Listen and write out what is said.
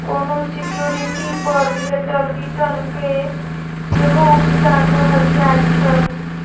कोनो सिक्युरिटी पर भेटल रिटर्न केँ सेहो उपजा कहल जाइ छै